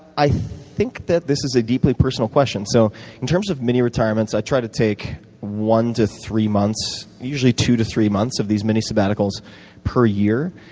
i think that this is a deeply personal question. so in terms of mini-retirements, i try to take one to three months usually two to three months of these mini-sabbaticals per year.